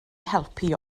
helpu